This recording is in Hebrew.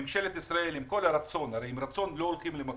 עם רצון לא הולכים למכולת.